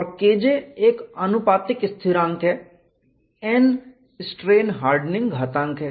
और kj एक आनुपातिक स्थिरांक है n स्ट्रेन हार्डनिंग घातांक है